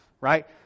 right